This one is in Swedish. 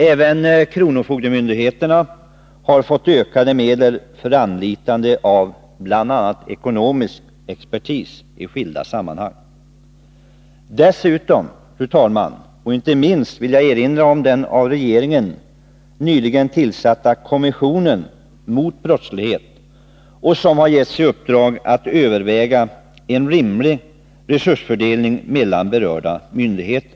Även kronofogdemyndigheterna har fått ökade medel för anlitande av bl.a. ekonomisk expertis i skilda sammanhang. Dessutom, och inte minst, vill jag erinra om den av regeringen nyligen tillsatta kommissionen mot brottslighet, som har getts i uppdrag att Nr 124 överväga en rimlig resursfördelning mellan berörda myndigheter.